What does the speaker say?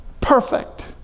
perfect